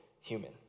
human